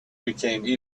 became